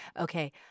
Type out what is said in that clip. Okay